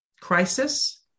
crisis